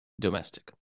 domestic